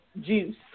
juice